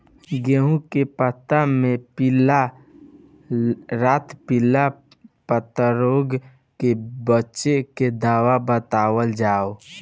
गेहूँ के पता मे पिला रातपिला पतारोग से बचें के दवा बतावल जाव?